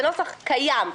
בנוסח קיים,